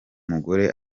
mugore